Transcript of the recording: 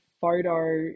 photo